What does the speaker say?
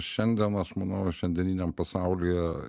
šiandien aš manau šiandieniniam pasaulyje